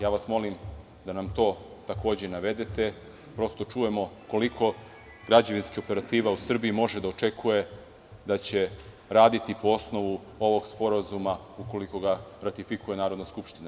Ja vas molim da nam to, takođe, navedete, da čujemo koliko građevinska operativa u Srbiji može da očekuje da će raditi po osnovu ovog sporazuma, ukoliko ga ratifikuje Narodna skupština.